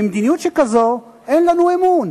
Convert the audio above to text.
במדיניות שכזאת אין לנו אמון,